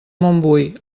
montbui